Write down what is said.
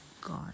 God